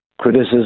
criticism